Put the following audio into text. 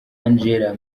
angela